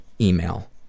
email